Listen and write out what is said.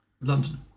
London